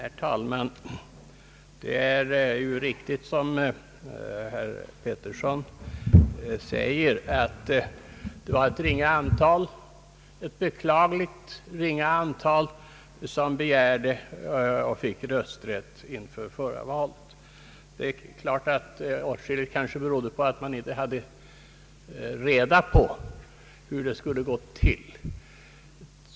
Herr talman! Det är riktigt som herr Pettersson säger att det var ett ringa antal utlandssvenskar — ett beklagligt ringa antal — som begärde och fick rösträtt vid förra valet. Det kan självfallet i åtskilliga fall ha berott på att man inte hade reda på hur man skulle förfara.